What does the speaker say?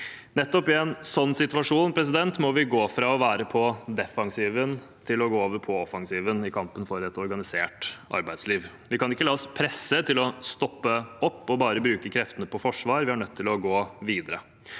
Nettopp i en sånn situasjon må vi gå fra å være på defensiven til å gå over på offensiven i kampen for et organisert arbeidsliv. Vi kan ikke la oss presse til å stoppe opp og bare bruke kreftene på forsvar. Vi er nødt til å gå videre.